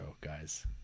guys